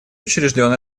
учрежден